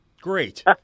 Great